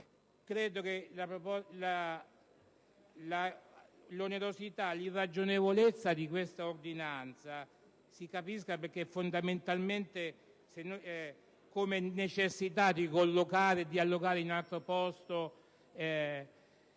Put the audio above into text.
Credo che l'onerosità e l'irragionevolezza di questa ordinanza si capiscano fondamentalmente come necessità di allocare in altro posto